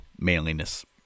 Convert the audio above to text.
manliness